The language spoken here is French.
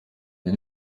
des